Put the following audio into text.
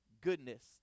goodness